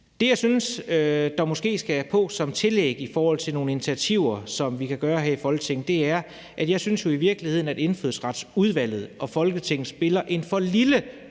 Det, jeg synes, der måske skal på som tillæg i forhold til nogle initiativer, som vi kan tage her i Folketinget, er jo, at jeg i virkeligheden synes, at Indfødsretsudvalget og Folketinget spiller en for lille